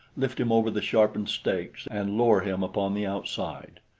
lift him over the sharpened stakes and lower him upon the outside.